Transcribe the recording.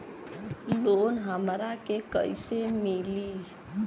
Loan हमरा के कईसे मिली?